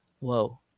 whoa